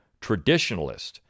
traditionalist